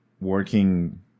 working